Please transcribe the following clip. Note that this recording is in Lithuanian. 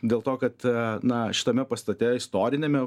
dėl to kad na šitame pastate istoriniame